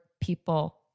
people